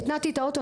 הנעתי את האוטו,